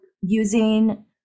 using